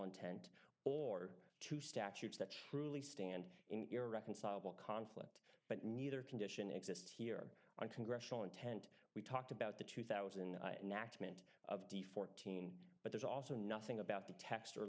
intent or two statutes that truly stand in irreconcilable conflict but neither condition exists here on congressional intent we talked about the two thousand natch meant of the fourteen but there's also nothing about the text or